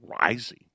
rising